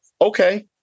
Okay